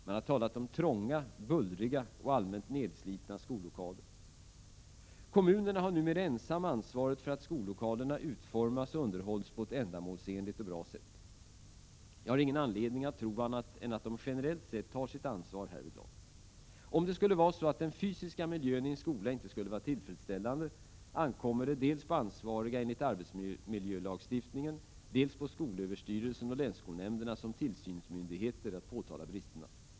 Man har talat om trånga, bullriga och allmänt nedslitna skollokaler. Kommunerna har numera ensamma ansvaret för att skollokalerna utformas och underhålls på ett ändamålsenligt och bra sätt. Jag har ingen anledning att tro annat än att de generellt sett tar sitt ansvar härvidlag. Om det skulle vara så att den fysiska miljön i en skola inte skulle vara tillfredsställande ankommer det dels på ansvariga enligt arbetsmiljölagstiftningen, dels på skolöverstyrelsen och länsskolnämnderna som tillsynsmyndigheter att påtala bristerna.